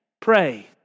pray